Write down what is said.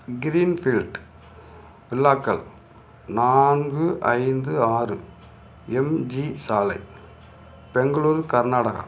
Greenfield வில்லாக்கள் நான்கு ஐந்து ஆறு எம்ஜி சாலை பெங்களூர் கர்நாடகா